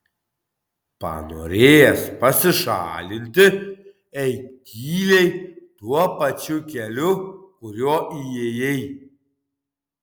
panorėjęs pasišalinti eik tyliai tuo pačiu keliu kuriuo įėjai